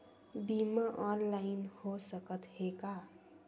बीमा ऑनलाइन हो सकत हे का?